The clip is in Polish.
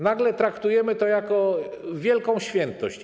Nagle traktujemy to jako wielką świętość.